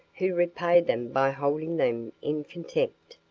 who repay them by holding them in contempt,